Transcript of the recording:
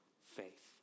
faith